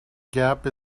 gap